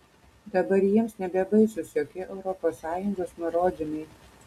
dabar jiems nebebaisūs jokie europos sąjungos nurodymai